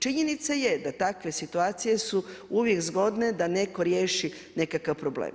Činjenica je da takve situacije su uvijek zgodne da neko riješi nekakav problem.